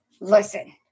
Listen